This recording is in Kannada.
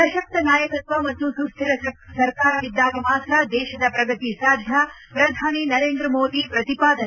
ಸಶಕ್ತ ನಾಯಕತ್ವ ಮತ್ತು ಸುಶ್ಕಿರ ಸರ್ಕಾರವಿದ್ದಾಗ ಮಾತ್ರ ದೇಶದ ಪ್ರಗತಿ ಸಾಧ್ಯ ಪ್ರಧಾನಮಂತ್ರಿ ಸರೇಂದ್ರ ಮೋದಿ ಪ್ರತಿಪಾದನೆ